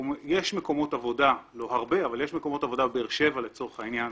יש מקומות עבודה, לא הרבה, בבאר שבע לצורך העניין